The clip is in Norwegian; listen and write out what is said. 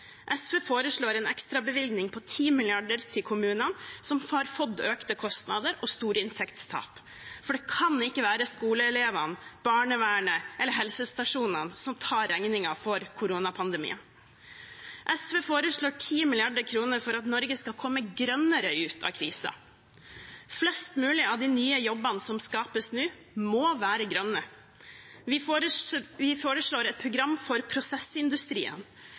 SV foreslår en ekstrabevilgning på 10 mrd. kr til kommunene, som har fått økte kostnader og store inntektstap. For det kan ikke være skoleelevene, barnevernet eller helsestasjonene som tar regningen for koronapandemien. SV foreslår 10 mrd. kr for at Norge skal komme grønnere ut av krisen. Flest mulig av de nye jobbene som skapes nå, må være grønne. Vi foreslår et program for prosessindustrien,